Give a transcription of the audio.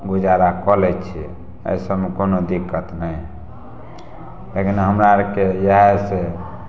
गुजारा कऽ लै छियै एहि सबमे कोनो दिक्कत नहि है लेकिन हमरा आरके इएह है से